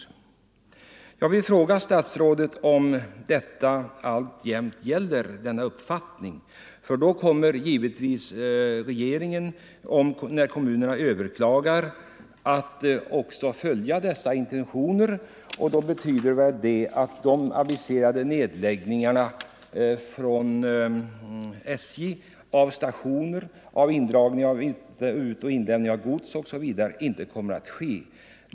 Jag vill fråga statsrådet om denna uppfattning alltjämt gäller. Då kommer givetvis regeringen att när kommunerna överklagar följa dessa intentioner, vilket betyder att de aviserade nedläggningarna av stationer samt de aviserade indragningarna av utoch inlämning av gods osv. inte kommer att ske.